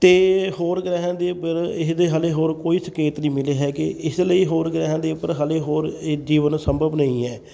ਅਤੇ ਹੋਰ ਗ੍ਰਹਿਆਂ ਦੇ ਉੱਪਰ ਇਹਦੇ ਹਾਲੇ ਹੋਰ ਕੋਈ ਸੰਕੇਤ ਨਹੀਂ ਮਿਲੇ ਹੈਗੇ ਇਸ ਲਈ ਹੋਰ ਗ੍ਰਹਿਆਂ ਦੇ ਉੱਪਰ ਹਾਲੇ ਹੋਰ ਜੀਵਨ ਸੰਭਵ ਨਹੀਂ ਹੈ